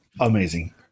amazing